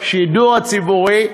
השידור הציבורי,